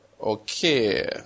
Okay